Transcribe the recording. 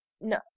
no